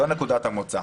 זו נקודת המוצא.